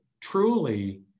truly